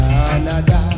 Canada